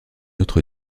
autre